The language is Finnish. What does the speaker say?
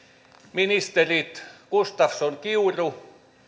ministerit gustafsson kiuru